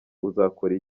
uzakora